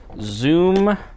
Zoom